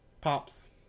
pops